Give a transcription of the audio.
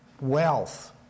Wealth